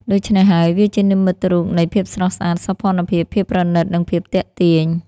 ដូច្នេះហើយ វាជានិមិត្តរូបនៃ ភាពស្រស់ស្អាត សោភ័ណភាព ភាពប្រណិត និង ភាពទាក់ទាញ។